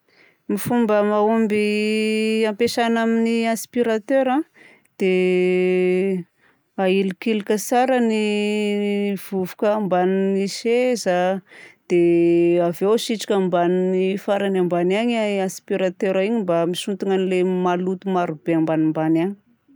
Ny fomba mahomby hampiasaina amin'ny aspiratera a dia ahilikilika tsara ny vovoka ambagnin'ny seza a dia avy eo asitrika ambany farany ambany any ny aspiratera iny mba misintona ilay maloto marobe ambanimbany agny.